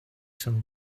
some